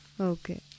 Okay